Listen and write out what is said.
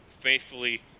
faithfully